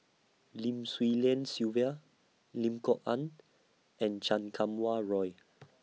Lim Swee Lian Sylvia Lim Kok Ann and Chan Kum Wah Roy